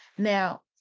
Now